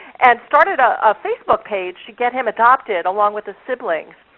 and started a facebook page to get him adopted along with the siblings.